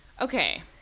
Okay